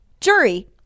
jury